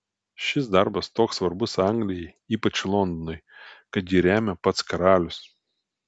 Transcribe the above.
šis darbas toks svarbus anglijai ypač londonui kad jį remia pats karalius